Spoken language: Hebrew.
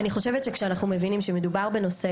אני חושבת שכשאנחנו מבינים שמדובר בנושא